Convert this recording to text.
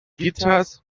guitars